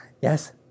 Yes